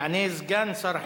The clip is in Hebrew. יענה סגן שר החינוך,